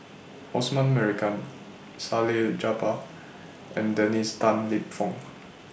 Osman Merican Salleh Japar and Dennis Tan Lip Fong